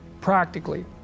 practically